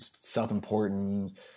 self-important